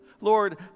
Lord